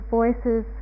voices